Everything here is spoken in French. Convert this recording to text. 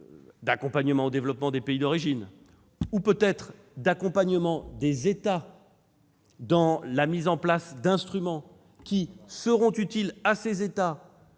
d'accompagnement au développement des pays d'origine, et peut-être d'accompagnement des États dans la mise en place d'instruments qui leur seront utiles, ainsi